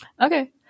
okay